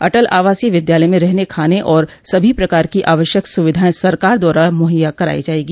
अटल आवासीय विद्यालय में रहने खाने और सभी प्रकार की आवश्यक सुविधाएं सरकार द्वारा मुहैया कराई जायेगी